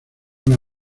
una